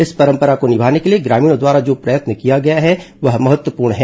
इस परंपरा को निभाने के लिए ग्रामीणों द्वारा जो प्रयत्न किया गया है वह महत्वपूर्ण है